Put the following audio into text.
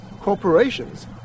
Corporations